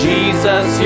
Jesus